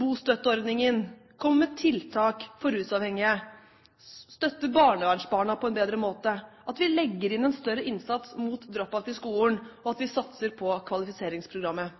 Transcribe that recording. bostøtteordningen, kommer med tiltak for rusavhengige, støtter barnevernsbarna på en bedre måte, legger inn en større innsats mot drop-out i skolen, og at vi satser på kvalifiseringsprogrammet.